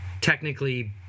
technically